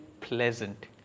pleasant